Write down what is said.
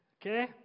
Okay